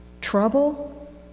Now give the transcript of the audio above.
Trouble